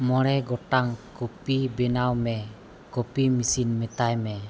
ᱢᱚᱬᱮ ᱜᱚᱴᱟᱝ ᱠᱚᱯᱷᱤ ᱵᱮᱱᱟᱣ ᱢᱮ ᱠᱚᱯᱷᱤ ᱢᱮᱥᱤᱱ ᱢᱮᱛᱟᱭ ᱢᱮ